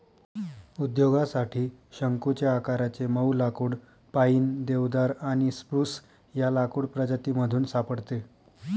उद्योगासाठी शंकुच्या आकाराचे मऊ लाकुड पाईन, देवदार आणि स्प्रूस या लाकूड प्रजातीमधून सापडते